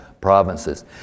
provinces